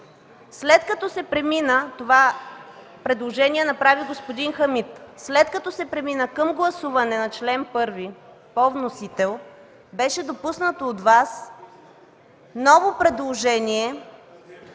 След като се премина към гласуване на чл. 1 по вносител, беше допуснато от Вас ново предложение,